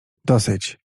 dosyć